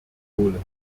holen